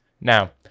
Now